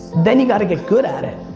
then you gotta get good at it.